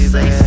Say